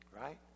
Right